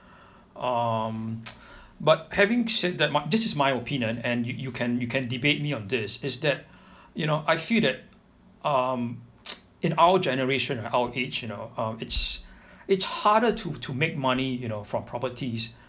um = but having said that much this is my opinion and you you can you can debate me on this is that you know I feel that um in our generation right our age you know uh it's it's harder to to make money you know from properties